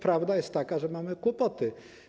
Prawda jest taka, że mamy kłopoty.